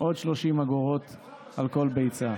עוד 30 אגורות על כל ביצה.